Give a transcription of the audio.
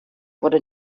wurde